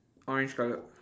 orange colour